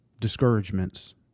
discouragements